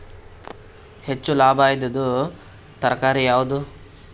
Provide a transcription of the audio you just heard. ಹೆಚ್ಚು ಲಾಭಾಯಿದುದು ತರಕಾರಿ ಯಾವಾದು?